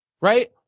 Right